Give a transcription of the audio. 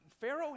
pharaoh